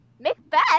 Macbeth